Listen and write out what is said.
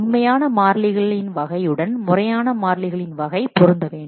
உண்மையான மாறிலிகளின் வகையுடன் முறையான மாறிலிகளின் வகை பொருந்த வேண்டும்